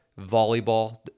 volleyball